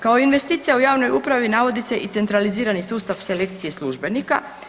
Kao investicija u javnoj upravi navodi se i centralizirani sustav selekcije službenika.